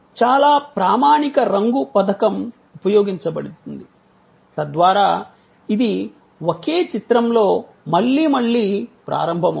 చాలా ప్రామాణిక రంగు పథకం ఉపయోగించబడుతుంది తద్వారా ఇది ఒకే చిత్రంలో మళ్లీ మళ్లీ ప్రారంభమవుతుంది